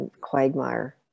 quagmire